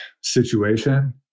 situation